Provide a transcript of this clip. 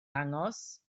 dangos